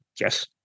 Yes